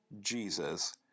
Jesus